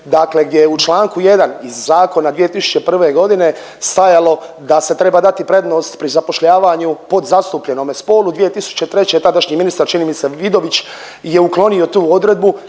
dakle gdje u čl. 1. iz zakona 2001. stajalo da se treba dati prednost pri zapošljavanju podzastupljenome spolu 2003. je tadašnji ministar, čini mi se Vidović, je uklonio tu odredbu